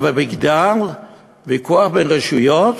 אבל בגלל ויכוח בין רשויות